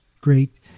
great